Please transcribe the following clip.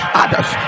others